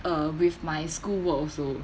uh with my schoolwork also